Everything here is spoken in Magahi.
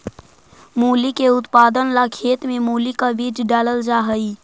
मूली के उत्पादन ला खेत में मूली का बीज डालल जा हई